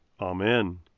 Amen